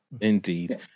indeed